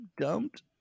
dumped